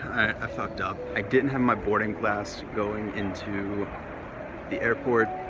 i fucked up. i didn't have my boarding pass going into the airport,